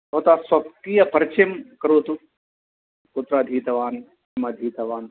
भवतः स्वकीयपरिचयं करोतु कुत्राधीतवान् किम् अधीतवान्